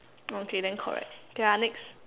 okay then correct okay ah next